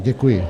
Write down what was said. Děkuji.